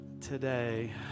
today